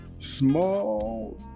Small